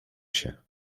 się